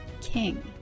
king